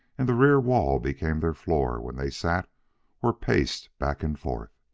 and the rear wall became their floor where they sat or paced back and forth.